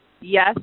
yes